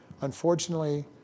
unfortunately